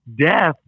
death